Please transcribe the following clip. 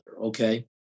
Okay